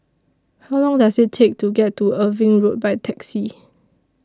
How Long Does IT Take to get to Irving Road By Taxi